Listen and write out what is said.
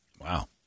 Wow